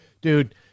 Dude